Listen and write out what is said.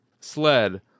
sled